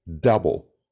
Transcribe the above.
double